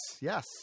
yes